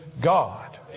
God